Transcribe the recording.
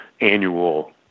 annual